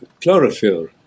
chlorophyll